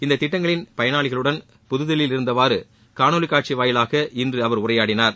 இந்த திட்டங்களின் பயனாளிகளுடன் புததில்லியில் இருந்தவாறு காணொலி காட்சி வாயிலாக இன்று அவர் உரையாடனார்